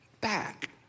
back